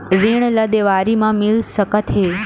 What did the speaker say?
ऋण ला देवारी मा मिल सकत हे